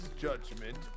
judgment